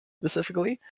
specifically